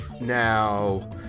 now